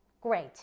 Great